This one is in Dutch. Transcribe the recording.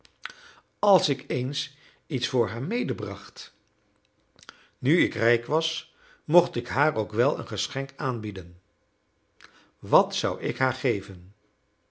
als ik eens iets voor haar medebracht nu ik rijk was mocht ik haar ook wel een geschenk aanbieden wat zou ik haar geven